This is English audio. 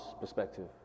perspective